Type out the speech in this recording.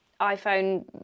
iPhone